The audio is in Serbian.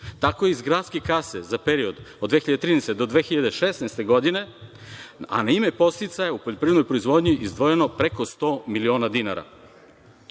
Tako je iz gradske kase za period od 2013. do 2016. godine, a na ime podsticaja u poljoprivrednoj proizvodnji izdvojeno preko sto miliona dinara. Ovakve